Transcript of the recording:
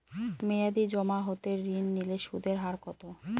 মেয়াদী জমা হতে ঋণ নিলে সুদের হার কত?